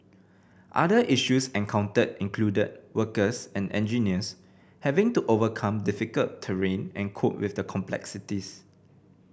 other issues encountered included workers and engineers having to overcome difficult terrain and cope with the complexities